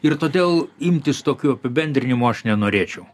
ir todėl imtis tokių apibendrinimų aš nenorėčiau